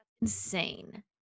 Insane